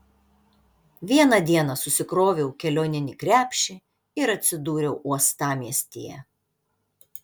vieną dieną susikroviau kelioninį krepšį ir atsidūriau uostamiestyje